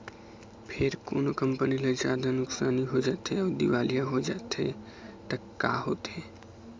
फेर कोनो कंपनी ल जादा नुकसानी हो जाथे अउ दिवालिया हो जाथे त का होथे?